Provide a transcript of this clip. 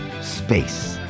Space